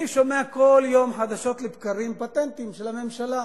אני שומע כל יום, חדשות לבקרים, פטנטים של הממשלה.